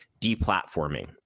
deplatforming